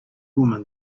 woman